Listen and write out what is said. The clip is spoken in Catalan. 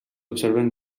observen